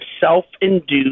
self-induced